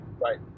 Right